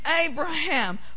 Abraham